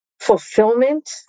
fulfillment